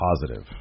positive